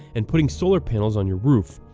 and putting solar panels on your roof.